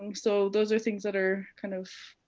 so those are things that are kind of